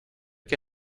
que